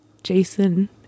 Jason